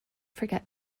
forget